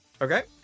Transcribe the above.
Okay